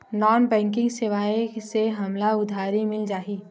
Non banking सेवाएं से हमला उधारी मिल जाहि?